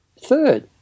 Third